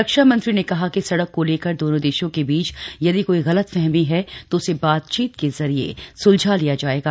रक्षा मंत्री ने कहा कि सड़क को लेकर दोनों देशों के बीच यदि कोई गलतफहमी है तो उसे बातचीत के जरिये स्लझा लिया जाएगा